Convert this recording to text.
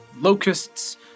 locusts